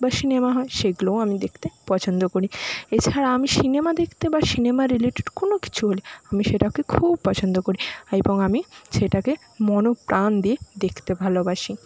বা সিনেমা হয় সেগুলোও আমি দেখতে পছন্দ করি এছাড়া আমি সিনেমা দেখতে বা সিনেমা রিলেটেড কোনো কিছু হলে আমি সেটাকে খুব পছন্দ করি এবং আমি সেটাকে মনোপ্রাণ দিয়ে দেখতে ভালোবাসি